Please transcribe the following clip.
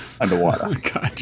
underwater